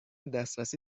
دسترسی